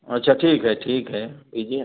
अच्छा ठीक है ठीक है कीजिए